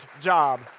job